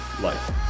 life